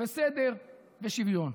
וסדר ושוויון.